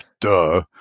duh